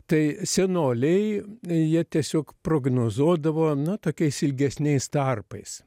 tai senoliai jie tiesiog prognozuodavo na tokiais ilgesniais tarpais